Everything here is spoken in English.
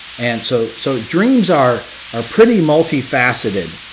and so so dreams are are pretty multifaceted,